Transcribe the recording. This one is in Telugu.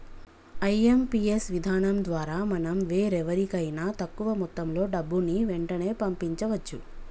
ఐ.ఎం.పీ.యస్ విధానం ద్వారా మనం వేరెవరికైనా తక్కువ మొత్తంలో డబ్బుని వెంటనే పంపించవచ్చు